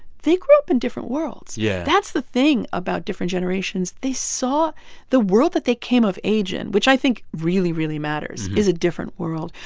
they grew up in different worlds yeah that's the thing about different generations. they saw the world that they came of age in which i think really, really matters is a different world.